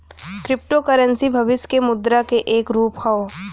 crypto currency भविष्य के मुद्रा क एक रूप हौ